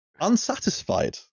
unsatisfied